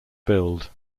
build